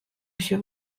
się